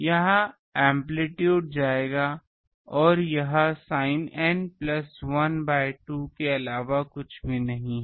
यह एम्पलीटूड जाएगा और यह sin N प्लस 1बाय 2 के अलावा कुछ भी नहीं है